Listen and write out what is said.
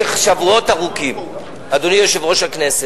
כשהוא יגמור לדבר נתחיל להצביע.